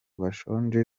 bashonje